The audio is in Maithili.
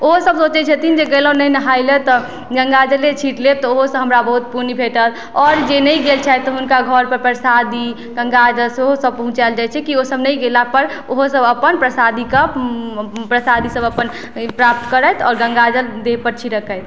ओहो सब सोचय छथिन जे गेलहुँ नहि नहाय लए तऽ गंगाजले छीट लेब तऽ ओहोसँ हमरा बहुत पुण्य भेटत आओर जे नहि गेल छथि हुनका घरपर प्रसादी गंगाजल सेहो सब पहुँचायल जाइ छै किएक कि ओ सब नहि गेला पर ओहो सब अपन प्रसादी कऽ प्रसादी सब अपन प्राप्त करथि आओर गंगाजल देहपर छिड़कथि